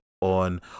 on